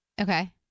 Okay